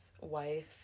wife